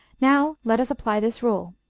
now let us apply this rule